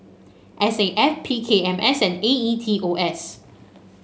S A F P K M S and A E T O S